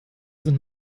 sind